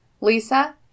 Lisa